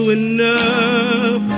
enough